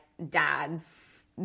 dads